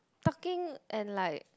talking and like